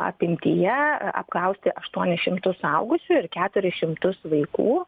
apimtyje apklausti aštuonis šimtus suaugusių ir keturis šimtus vaikų